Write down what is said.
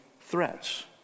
threats